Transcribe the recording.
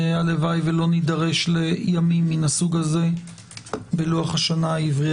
הלוואי שלא נידרש לימים נוספים מהסוג הזה בלוח השנה העברי